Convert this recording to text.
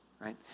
right